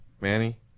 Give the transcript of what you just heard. Manny